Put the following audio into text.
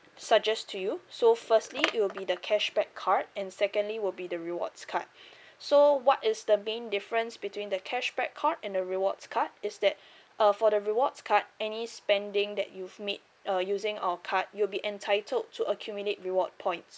suggest to you so firstly it will be the cashback card and secondly it will be the rewards card so what is the main difference between the cashback card and the rewards card is that uh for the rewards card any spending that you've made uh using our card you'll be entitled to accumulate reward points